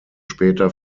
später